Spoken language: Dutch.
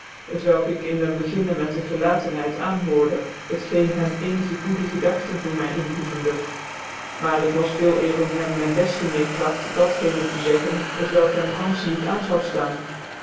t welk ik in den beginne met een gclatenheit aanhoorde het geen hem ccnigc goede gedagcen voor my inboezemde maar het was veel eer om hem met des tc meer kragt dat gene te zeggen t welk hem ganfeh niet am